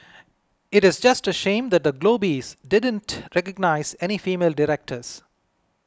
it is just a shame that the Globes didn't recognise any female directors